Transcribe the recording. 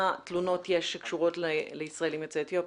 תלונות יש שקשורות לישראלים יוצאי אתיופיה.